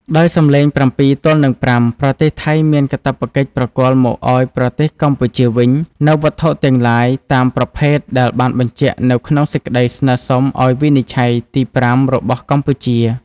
ដោយសំឡេង៧ទល់នឹង៥ ប្រទេសថៃមានកាតព្វកិច្ចប្រគល់មកឱ្យប្រទេសកម្ពុជាវិញ នូវវត្ថុទាំងឡាយ តាមប្រភេទដែលបានបញ្ជាក់នៅក្នុងសេចក្ដីស្នើសុំឱ្យវិនិច្ឆ័យទី៥របស់កម្ពុជា។